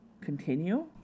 continue